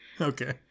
okay